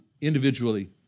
individually